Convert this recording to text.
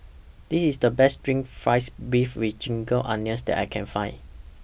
This IS The Best Steamed Fried Beef with Ginger Onions that I Can Find